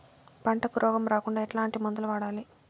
పంటకు రోగం రాకుండా ఎట్లాంటి మందులు వాడాలి?